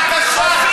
אופיר,